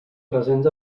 presents